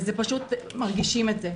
פשוט מרגישים את זה.